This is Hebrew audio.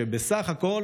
שבסך הכול